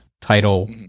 title